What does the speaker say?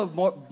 more